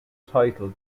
title